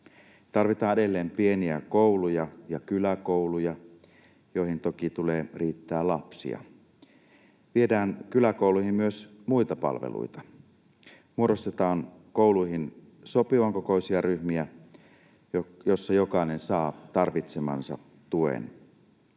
Tarvitaan edelleen pieniä kouluja ja kyläkouluja, joihin toki tulee riittää lapsia. Viedään kyläkouluihin myös muita palveluita. Muodostetaan kouluihin sopivan kokoisia ryhmiä, joissa jokainen saa tarvitsemansa tuen.